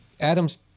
Adam's